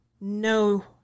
no